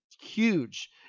huge